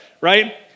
right